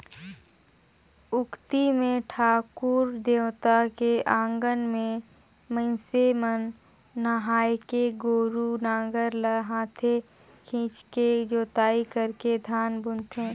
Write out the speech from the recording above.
अक्ती मे ठाकुर देवता के अंगना में मइनसे मन नहायके गोरू नांगर ल हाथे खिंचके जोताई करके धान बुनथें